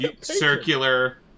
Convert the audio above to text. Circular